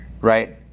right